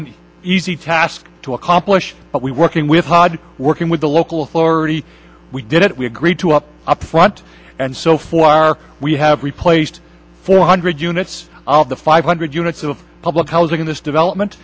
an easy task to accomplish but we working with hard working with the local authority we did it we agreed to up up front and so for we have replaced four hundred units of the five hundred units of public housing in this development